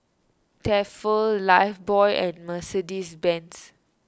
Tefal Lifebuoy and Mercedes Benz